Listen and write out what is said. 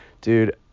dude